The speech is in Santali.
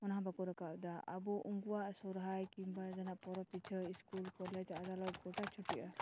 ᱚᱱᱟᱦᱚᱸ ᱵᱟᱠᱚ ᱨᱟᱠᱟᱵ ᱮᱫᱟ ᱟᱵᱚ ᱩᱱᱠᱩᱣᱟᱜ ᱥᱚᱨᱦᱚᱨᱟᱭ ᱠᱤᱢᱵᱟ ᱡᱟᱦᱟᱱᱟᱜ ᱯᱚᱨᱚᱵᱽ ᱯᱤᱪᱷᱟᱹ ᱥᱠᱩᱞ ᱠᱚᱞᱮᱡ ᱟᱫᱚᱞᱚᱜ ᱜᱚᱴᱟ ᱪᱷᱩᱴᱤᱜᱼᱟ